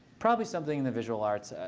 probably something in the visual arts.